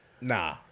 Nah